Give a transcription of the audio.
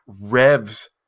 revs